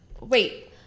Wait